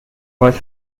was